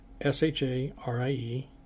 S-H-A-R-I-E